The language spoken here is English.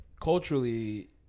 culturally